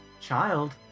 child